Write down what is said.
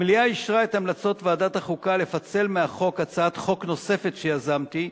המליאה אישרה את המלצות ועדת החוק לפצל מהחוק הצעת חוק נוספת שיזמתי,